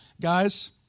guys